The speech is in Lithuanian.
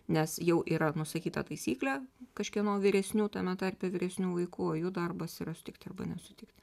nes jau yra nusakyta taisyklė kažkieno vyresnių tame tarpe vyresnių vaikų o jų darbas yra sutikti arba nesutikti